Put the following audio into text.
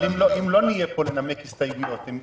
אם לא נהיה פה לנמק הסתייגויות?